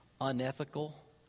unethical